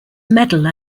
medal